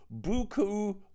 Buku